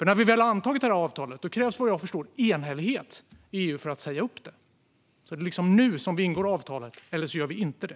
När vi väl har antagit detta avtal krävs nämligen vad jag förstår enhällighet i EU för att säga upp det. Det är nu vi ingår avtalet, eller också gör vi det inte.